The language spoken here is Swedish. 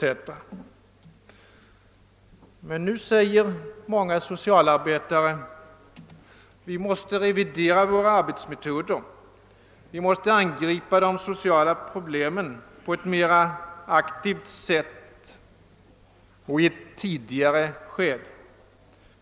Nu säger emellertid många socialarbetare att vi måste revidera våra arbetsmetoder och angripa de sociala problemen på ett mera aktivt sätt och i ett tidigare skede.